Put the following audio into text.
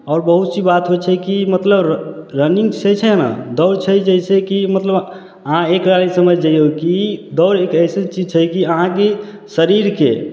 आओर बहुत सी बात होइ छै की मतलब र रनिंग से छै दौड़ छै जैसेकि मतलब अहाँ एकटा चीज समझ जइयौ की दौड़ एक एसन चीज छै की अहाँक शरीरके